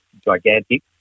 gigantic